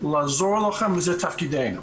לעזור לכן וזה תפקידנו.